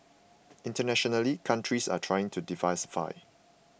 internationally countries are trying to diversify